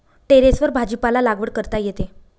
टेरेसवर भाजीपाला लागवड करता येते